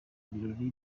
ibirori